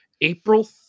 April